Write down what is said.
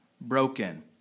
broken